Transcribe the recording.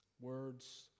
Words